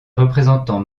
représentants